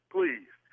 Please